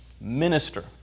minister